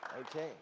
Okay